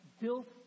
built